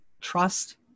Trust